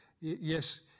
yes